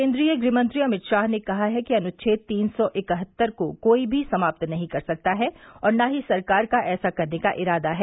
केन्द्रीय गृहमंत्री अमित शाह ने कहा है कि अनुच्छेद तीन सौ इकहत्तर को कोई भी समाप्त नहीं कर सकता है और न ही सरकार का ऐसा करने का इरादा है